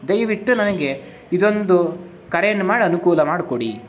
ದಯವಿಟ್ಟು ನನಗೆ ಇದೊಂದು ಕರೆಯನ್ನು ಮಾಡಿ ಅನುಕೂಲ ಮಾಡಿಕೊಡಿ